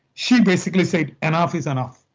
she basically said enough is enough